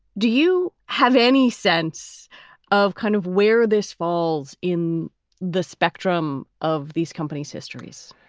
do you have any sense of kind of where this falls in the spectrum of these companies histories?